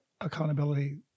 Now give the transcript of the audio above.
accountability